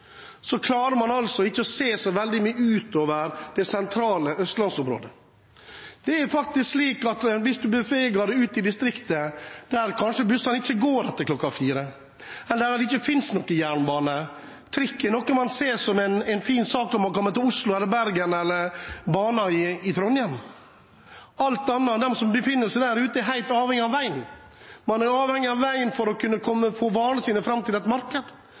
så veldig langt utover det sentrale Østlands-området. Det er faktisk slik at hvis man skal bevege seg ute i distriktet, går bussene kanskje ikke etter kl. 16. Eller det finnes ikke jernbane, og trikk er en fin sak man ser når man kommer til Oslo eller Bergen, eller man ser banen i Trondheim. Alle andre, som befinner seg der ute, er helt avhengige av veien. Man er avhengig av veien for å få varene sine fram til et marked.